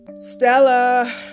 Stella